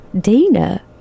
Dina